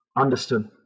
Understood